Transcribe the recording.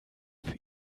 für